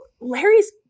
Larry's